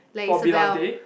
like Isabelle